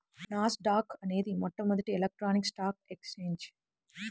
నాస్ dock అనేది మొట్టమొదటి electronic stock exchange